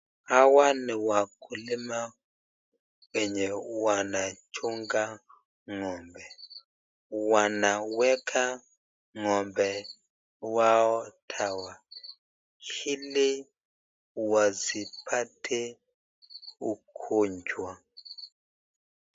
Hawa ni wakulima wenye wanachunga ng'ombe . Wanaweka ng'ombe wao tawa hili wasipate ugonjwa.